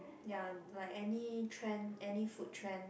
ya like any trend any food trend